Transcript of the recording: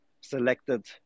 selected